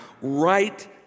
right